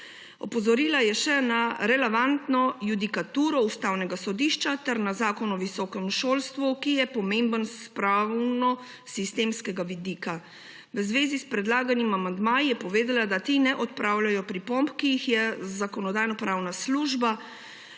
Opozorila je še na relevantno judikaturo Ustavnega sodišča ter na Zakon o visokem šolstvu, ki je pomemben s pravnosistemskega vidika. V zvezi s predlaganimi amandmaji je povedala, da ti ne odpravljajo pripomb, ki jih je Zakonodajno-pravna služba